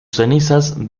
cenizas